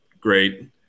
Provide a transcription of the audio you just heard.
great